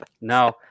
No